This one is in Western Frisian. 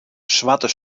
swarte